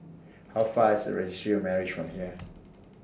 How Far IS Registry of Marriages from here